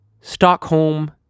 Stockholm